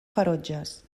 ferotges